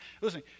listen